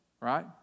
right